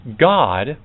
God